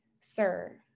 Sir